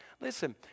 Listen